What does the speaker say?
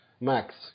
Max